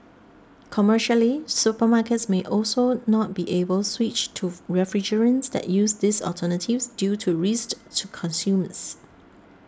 commercially supermarkets may also not be able switch to refrigerants that use these alternatives due to risks to consumers